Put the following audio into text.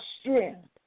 strength